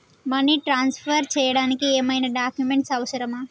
Money transfer చేయడానికి ఏమైనా documents అవసరమా?